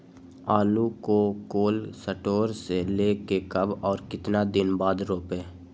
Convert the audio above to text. आलु को cold store से ले के कब और कितना दिन बाद रोपे?